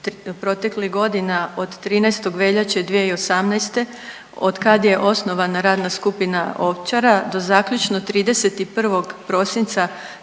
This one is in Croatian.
proteklih godina od 13. veljače 2018. od kad je osnovana radna skupina Ovčara do zaključno 31. prosinca